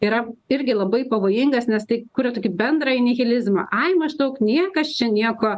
yra irgi labai pavojingas nes tai kuria tokį bendrąjį nihilizmą aj maždaug niekas čia nieko